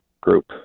group